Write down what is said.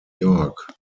york